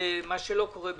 מה שלא קורה במירון.